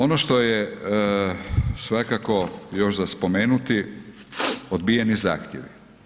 Ono što je svakako još za spomenuti, odbijeni zahtjevi.